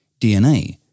DNA